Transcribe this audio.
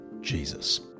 Jesus